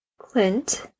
Clint